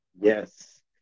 Yes